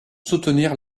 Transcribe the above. soutenir